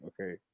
Okay